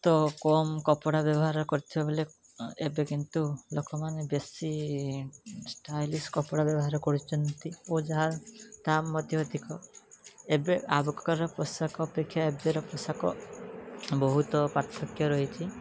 ତ କମ୍ କପଡ଼ା ବ୍ୟବହାର କରୁଥିବା ବେଳେ ଏବେ କିନ୍ତୁ ଲୋକମାନେ ବେଶୀ ଷ୍ଟାଇଲିଶ୍ କପଡ଼ା ବ୍ୟବହାର କରୁଛନ୍ତି ଓ ଯାହାର ଦାମ୍ ମଧ୍ୟ ଅଧିକ ଏବେ ଆଗକାଳର ପୋଷାକ ଅପେକ୍ଷା ଏବେର ପୋଷାକ ବହୁତ ପାର୍ଥକ୍ୟ ରହିଛି